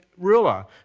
ruler